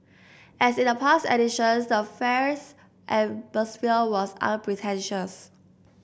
as in the past editions the fairs atmosphere was unpretentious